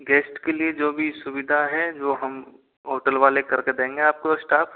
guest के लिए जो भी सुविधा है जो हम होटल वाले करके देंगे आपको स्टाफ